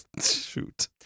Shoot